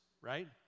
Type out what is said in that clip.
right